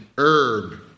herb